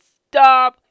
stop